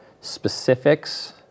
specifics